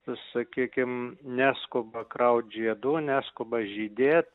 sakykim neskuba kraut žiedų neskuba žydėt